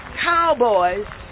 Cowboys